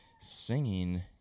Singing